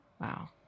Wow